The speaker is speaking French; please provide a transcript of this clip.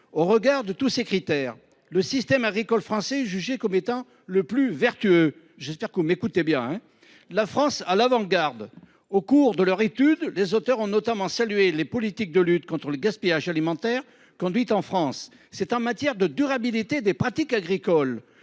Au regard de tous ces critères, le système agricole français est jugé comme étant le plus vertueux. La France serait même « à l’avant garde »! Au cours de leur étude, les auteurs ont notamment salué les politiques de lutte contre le gaspillage alimentaire conduites chez nous. C’est en matière de durabilité des pratiques agricoles